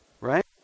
Right